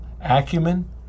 acumen